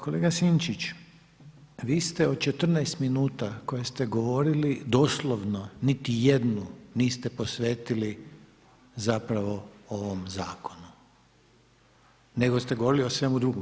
Kolega Sinčić, vi ste od 14 minuta koje ste govorili doslovno niti jednu niste posvetili zapravo ovom zakonu nego ste govorili o svemu drugome.